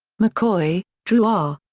mccoy, drew r.